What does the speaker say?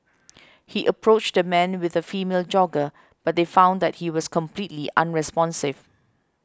he approached the man with a female jogger but they found that he was completely unresponsive